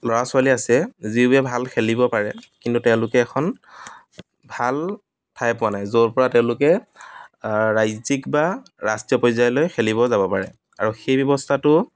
ল'ৰা ছোৱালী আছে যিবোৰে ভাল খেলিব পাৰে কিন্তু তেওঁলোকে এখন ভাল ঠাই পোৱা নাই য'ৰ পৰা তেওঁলোকে ৰাজ্যিক বা ৰাষ্ট্ৰীয় পৰ্যায়লৈ খেলিব যাব পাৰে আৰু সেই ব্যৱস্থাটো